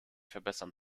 verbessern